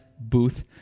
booth